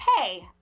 Hey